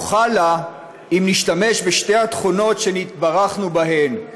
נוכל לה אם נשתמש בשתי התכונות שנתברכנו בהן: